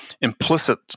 implicit